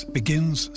begins